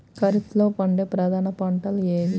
ఖరీఫ్లో పండే ప్రధాన పంటలు ఏవి?